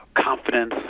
Confidence